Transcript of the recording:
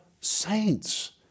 saints